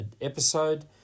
episode